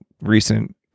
recent